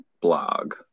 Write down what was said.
blog